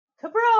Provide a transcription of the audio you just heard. cabra